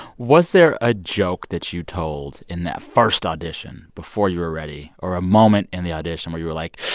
was there a joke that you told in that first audition before you were ready or a moment in the audition where you were like,